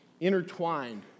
intertwined